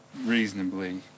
reasonably